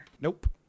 Nope